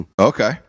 Okay